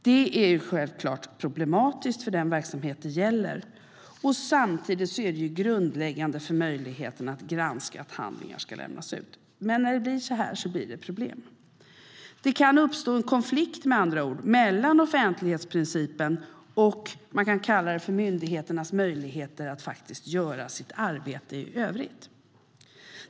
Det är självklart problematiskt för den verksamhet det gäller. Samtidigt är det grundläggande för möjligheten att granska att handlingar ska lämnas ut. Men när det blir så här blir det problem. Det kan med andra ord uppstå en konflikt mellan offentlighetsprincipen och myndigheternas möjligheter att göra sitt arbete i övrigt.